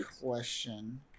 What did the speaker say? question